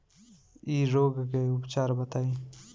इ रोग के उपचार बताई?